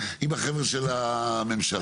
החבר'ה של הממשלה.